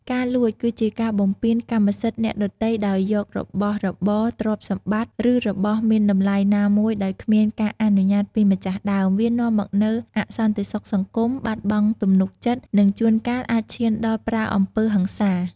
ការលួច គឺជាការបំពានកម្មសិទ្ធិអ្នកដទៃដោយយករបស់របរ ទ្រព្យសម្បត្តិ ឬរបស់មានតម្លៃណាមួយដោយគ្មានការអនុញ្ញាតពីម្ចាស់ដើម វានាំមកនូវអសន្តិសុខសង្គម បាត់បង់ទំនុកចិត្ត និងជួនកាលអាចឈានដល់ប្រើអំពើហិង្សា។